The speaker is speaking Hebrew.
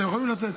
אתם יכולים לצאת.